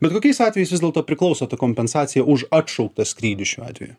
bet kokiais atvejais vis dėlto priklauso ta kompensacija už atšauktą skrydį šiuo atveju